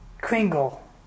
Kringle